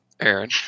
Aaron